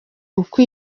uko